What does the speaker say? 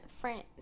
French